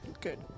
good